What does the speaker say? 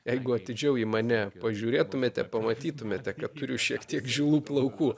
jeigu atidžiau į mane pažiūrėtumėte pamatytumėte kad turiu šiek tiek žilų plaukų